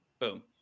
Boom